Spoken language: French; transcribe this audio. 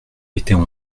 étaient